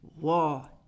War